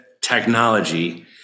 technology